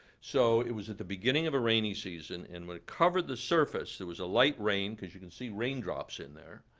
so it was at the beginning of a rainy season. and when it covered the surface there was a light rain, because you can see raindrops in there.